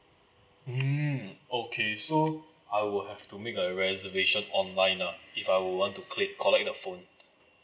mm okay so I will have to make a reservation online lah if I will want to create collect the phone